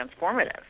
transformative